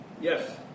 Yes